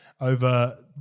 over